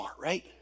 right